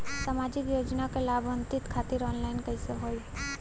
सामाजिक योजना क लाभान्वित खातिर ऑनलाइन कईसे होई?